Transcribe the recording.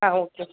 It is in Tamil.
ஆ ஓகே